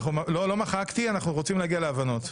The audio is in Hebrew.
לא, לא מחקתי, אנחנו רוצים להגיע להבנות.